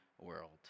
world